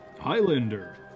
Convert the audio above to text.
Highlander